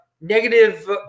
negative